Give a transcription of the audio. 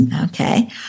Okay